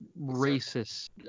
racist